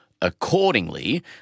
Accordingly